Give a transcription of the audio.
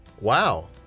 Wow